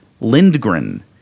Lindgren